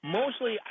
mostly